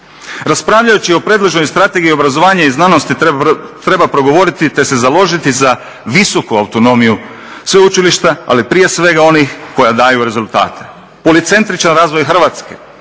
Raspravljajući o predloženoj Strategiji obrazovanja i znanosti treba progovoriti, te se založiti za visoku autonomiju sveučilišta, ali prije svega onih koja daju rezultate. Policentričan razvoj Hrvatske